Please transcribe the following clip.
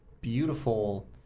beautiful